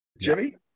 Jimmy